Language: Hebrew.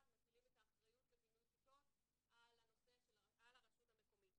מטילים את האחריות לבינוי כיתות על הרשות המקומית.